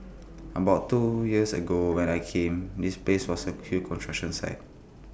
about two years ago when I came this place was A huge construction site